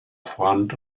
front